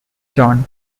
jon